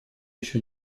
еще